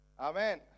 Amen